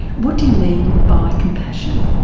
what do you mean by compassion?